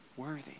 Worthy